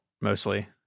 mostly